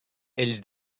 ells